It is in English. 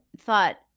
thought